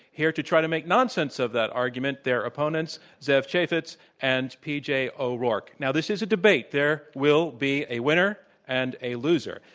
here to try to make nonsense of that argument, their opponents, zev chafets and p. j. o'rourke. now, this is a debate. there will be a winner and a loser.